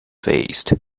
faced